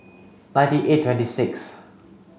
ninety eight twenty sixth